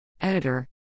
Editor